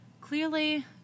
clearly